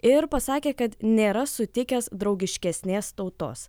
ir pasakė kad nėra sutikęs draugiškesnės tautos